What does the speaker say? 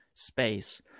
space